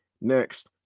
Next